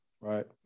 right